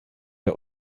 der